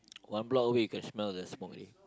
one block away can smell the smoke already